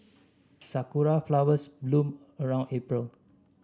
sakura flowers bloom around April